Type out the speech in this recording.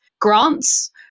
grants